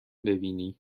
ببینی